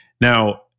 Now